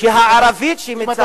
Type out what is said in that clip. שהערבית שמצטטים אותה,